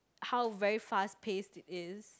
how very fast paced it is